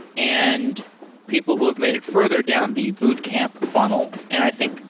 and people who have made it further down the boot camp funnel, and i think